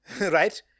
Right